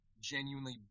genuinely